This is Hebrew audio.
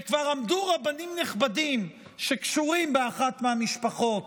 וכבר עמדו רבנים נכבדים, שקשורים לאחת מהמשפחות